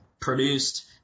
produced